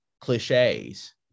cliches